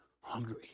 hungry